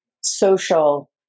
social